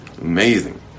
Amazing